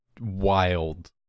wild